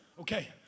Okay